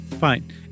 Fine